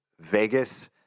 Vegas